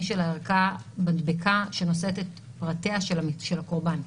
של הערכה מדבקה שנושאת את פרטיה של הקורבן.